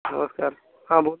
नमस्कार हाँ वह